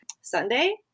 sunday